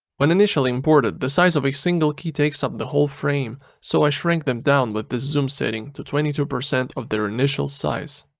when initially imported the size of a single key takes up the whole frame so i shrank them down with this zoom setting to twenty two percent of their initial size.